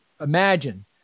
imagine